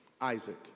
Isaac